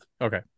Okay